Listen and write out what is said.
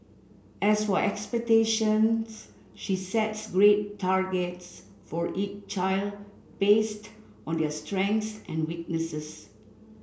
as for expectations she sets grade targets for each child based on their strengths and weaknesses